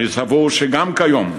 אני סבור שגם היום,